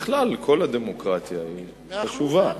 בכלל, כל הדמוקרטיה היא חשובה.